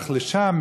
הלך לשם,